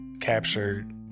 captured